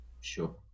Sure